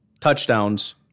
touchdowns